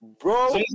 Bro